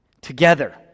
Together